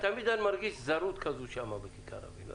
תמיד אני מרגיש זרות שם בכיכר רבין.